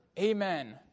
Amen